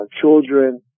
children